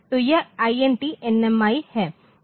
तो यह INT NMI है